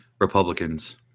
Republicans